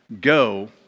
go